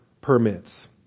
permits